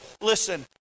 Listen